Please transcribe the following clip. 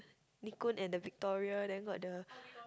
Nichkhun and the Victoria then got the